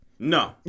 No